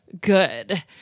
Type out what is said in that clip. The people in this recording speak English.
good